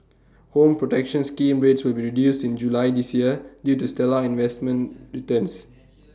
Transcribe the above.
home protection scheme rates will be reduced in July this year due to stellar investment returns